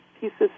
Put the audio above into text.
pieces